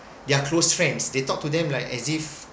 they're close friends they talk to them like as if